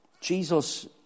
Jesus